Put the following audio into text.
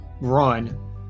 Run